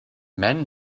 men